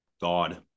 God